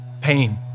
pain